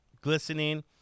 glistening